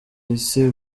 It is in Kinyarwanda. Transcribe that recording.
isi